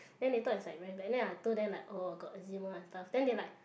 then they thought it's very bad then I told them like oh got eczema and stuff then they like